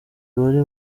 wari